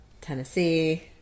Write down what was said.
Tennessee